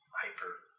hyper